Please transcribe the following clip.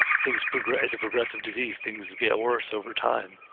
but things progressed as a progressive disease. things get worse over time.